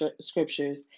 scriptures